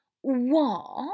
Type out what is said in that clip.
What